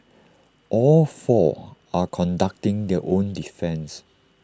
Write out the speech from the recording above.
all four are conducting their own defence